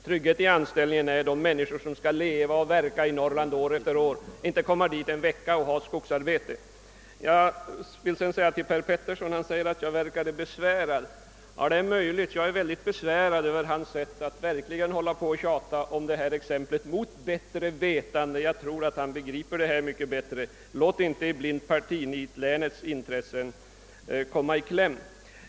Tryggheten i anställningen gäller de människor som skall leva i Norrland år efter år, inte dem som kommer dit un der någon vecka och ägnar sig åt skogsarbete. | Per Petersson sade att jag verkade besvärad. Ja, jag är besvärad över hans sätt att mot bättre vetande tjata om detta exempel — jag tror han begriper detta bättre än han vill visa. Låt inte i blint partinit länets intressen komma i kläm!